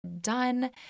done